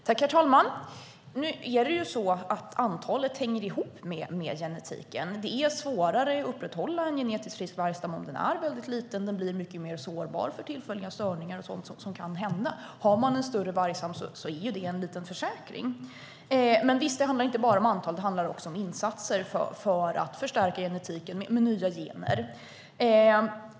Herr talman! Nu är det ju så att antalet hänger ihop med genetiken. Det är svårare att upprätthålla en genetiskt frisk vargstam om den är väldigt liten. Den blir mycket mer sårbar för tillfälliga störningar och sådant som kan hända. Har man en större vargstam är det en liten försäkring. Men visst, det handlar inte bara om antal. Det handlar också om insatser för att förstärka genetiken med nya gener.